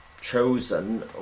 chosen